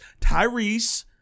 Tyrese